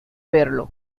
verlo